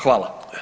Hvala.